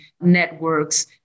networks